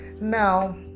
Now